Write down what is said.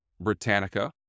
Britannica